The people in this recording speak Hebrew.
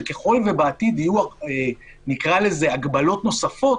שככל שבעתיד יהיו הגבלות נוספות,